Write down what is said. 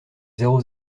zéro